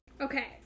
Okay